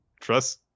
trust